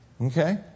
okay